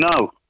No